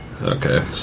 Okay